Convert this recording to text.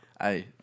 Hey